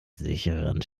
sicheren